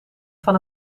van